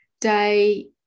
day